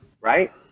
right